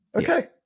Okay